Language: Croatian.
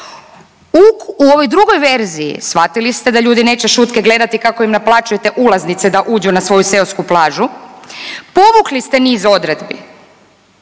U ovoj drugoj verziji shvatili ste da ljudi neće šutke gledati kako im naplaćujete ulaznice da uđu na svoju seosku plažu, povukli ste niz odredbi